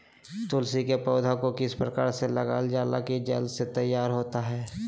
तुलसी के पौधा को किस प्रकार लगालजाला की जल्द से तैयार होता है?